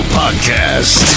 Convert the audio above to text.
podcast